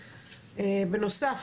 בנוסף,